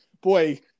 boy